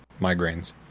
migraines